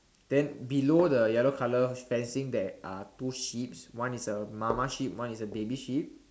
then below the yellow colour fencing there are two sheeps one is a mama sheep one is a baby sheep